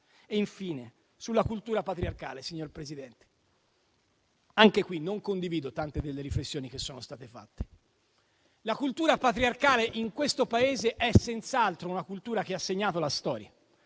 Infine, sulla cultura patriarcale, signor Presidente, non condivido tante delle riflessioni che sono state fatte. La cultura patriarcale in questo Paese è senz'altro una cultura che ha segnato la storia.